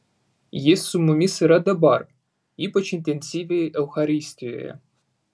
jis su mumis yra dabar ypač intensyviai eucharistijoje